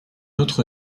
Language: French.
autre